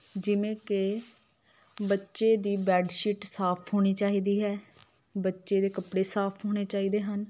ਜਿਵੇਂ ਕਿ ਬੱਚੇ ਦੀ ਬੈਡ ਸ਼ੀਟ ਸਾਫ ਹੋਣੀ ਚਾਹੀਦੀ ਹੈ ਬੱਚੇ ਦੇ ਕੱਪੜੇ ਸਾਫ ਹੋਣੇ ਚਾਹੀਦੇ ਹਨ